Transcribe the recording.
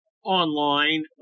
online